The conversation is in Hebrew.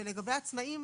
ולגבי העצמאים,